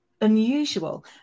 unusual